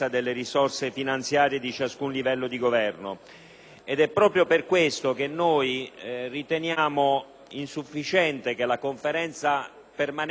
Proprio per questo riteniamo insufficiente che la Conferenza permanente metta a disposizione